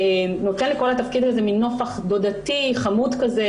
נותן לכל התפקיד הזה מן נופך דודתי חמוד כזה,